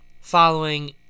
following